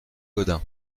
gaudin